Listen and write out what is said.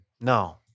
No